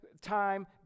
time